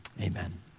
Amen